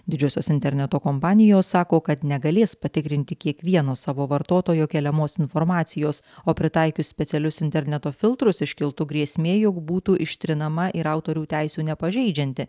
didžiosios interneto kompanijos sako kad negalės patikrinti kiekvieno savo vartotojo keliamos informacijos o pritaikius specialius interneto filtrus iškiltų grėsmė jog būtų ištrinama ir autorių teisių nepažeidžianti